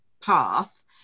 path